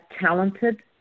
talented